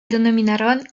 denominaron